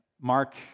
Mark